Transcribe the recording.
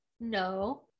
no